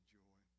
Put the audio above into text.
joy